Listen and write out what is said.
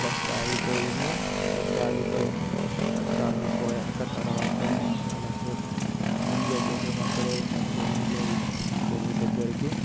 bus ఆగిపోయింది bus ఆగిపోయి bus ఆగిపోయాక తరువాత మేము చాలాసేపు ఎంజాయ్ చేసాము అక్కడే ఉన్న చెరువులో చెరువు దగ్గరికి